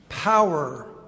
Power